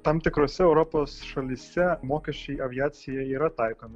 tam tikrose europos šalyse mokesčiai aviacijai yra taikomi